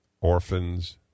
orphans